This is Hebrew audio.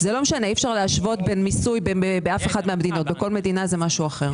אפשר להשוות בין מיסוי באף אחת מהמדינות כי בכל מדינה זה משהו אחר.